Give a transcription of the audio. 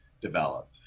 develop